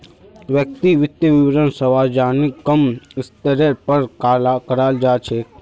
व्यक्तिर वित्तीय विवरणक सार्वजनिक क म स्तरेर पर कराल जा छेक